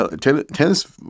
tennis